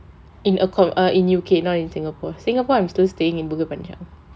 in a co~ err in U_K not in singapore singapore I am still staying in bukit panjang